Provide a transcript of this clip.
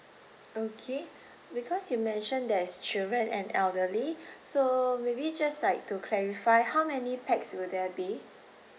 okay because you mentioned there is children and elderly so maybe just like to clarify how many pax will there be